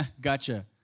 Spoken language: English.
gotcha